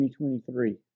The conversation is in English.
2023